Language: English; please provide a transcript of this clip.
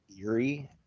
eerie